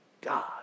God